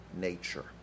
nature